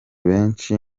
benshi